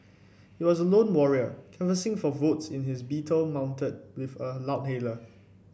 he was a lone warrior canvassing for votes in his Beetle mounted with a loudhailer